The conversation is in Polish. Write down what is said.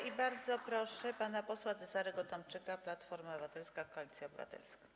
I bardzo proszę pana posła Cezarego Tomczyka, Platforma Obywatelska - Koalicja Obywatelska.